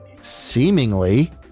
seemingly